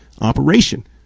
operation